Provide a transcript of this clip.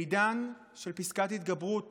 בעידן של פסקת התגברות